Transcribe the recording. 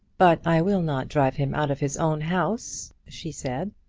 but i will not drive him out of his own house, she said.